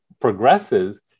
progresses